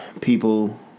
people